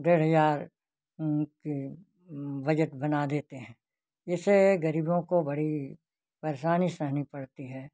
डेढ़ हज़ार की बजट बना देते हैं जिससे गरीबों को बड़ी परेशानी सहनी पड़ती हैं